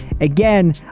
Again